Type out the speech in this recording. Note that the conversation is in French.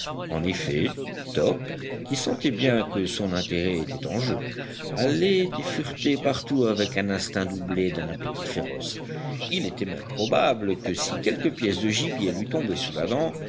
en effet top qui sentait bien que son intérêt était en jeu allait et furetait partout avec un instinct doublé d'un appétit féroce il était même probable que si quelque pièce de gibier lui tombait sous la dent